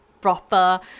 proper